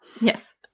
yes